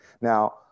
Now